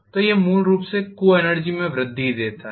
तो यह मूल रूप से को एनर्जी में वृद्धि देता है